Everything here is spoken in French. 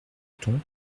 ton